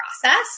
process